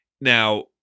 Now